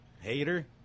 hater